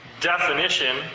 definition